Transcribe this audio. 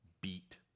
beat